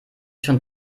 schon